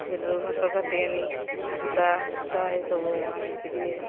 ବିଲରୁ ଘାସ କାଟି ଆଣି କୁଟା ଫୁଟା ଏସବୁ ଆଣିକି ଦିଏ